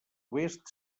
oest